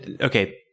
Okay